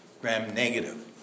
gram-negative